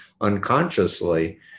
unconsciously